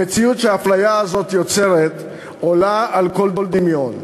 המציאות שהאפליה הזאת יוצרת עולה על כל דמיון.